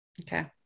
Okay